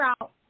out